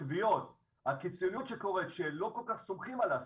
בתביעות, שלא כל כך סומכים על העסקים,